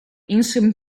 іншими